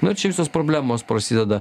na čia visos problemos prasideda